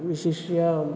विशिष्य